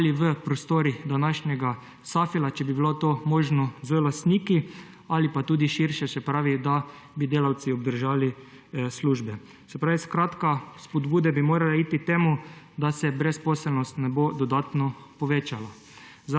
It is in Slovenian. ali v prostorih današnjega Safila, če bi bilo to možno z lastniki, ali tudi širše, se pravi, da bi delavci obdržali službe. Skratka, spodbude bi morale iti k temu, da se brezposelnost ne bo dodatno povečala.